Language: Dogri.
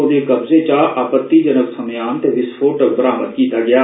ओह्दे कब्जे थमां आपत्तिजनक समेयान ते विस्फोटक बी बरामद कीता गेआ